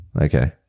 Okay